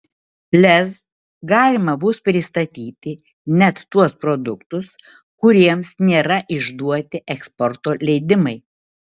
lez galima bus pristatyti net tuos produktus kuriems nėra išduoti eksporto leidimai